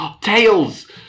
tails